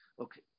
Okay